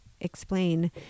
explain